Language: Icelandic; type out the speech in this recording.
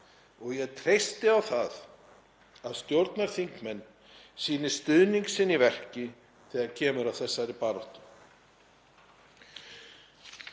Ég treysti á það að stjórnarþingmenn sýni stuðning sinn í verki þegar kemur að þessari baráttu.